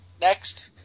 Next